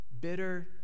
bitter